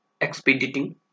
expediting